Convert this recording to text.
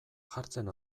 jartzen